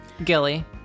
Gilly